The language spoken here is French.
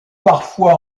parfois